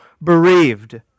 bereaved